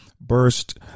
burst